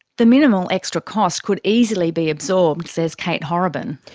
the minimal extra cost could easily be absorbed, says kate horrobin.